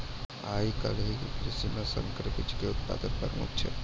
आइ काल्हि के कृषि मे संकर बीजो के उत्पादन प्रमुख छै